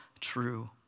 true